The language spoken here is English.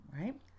right